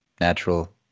natural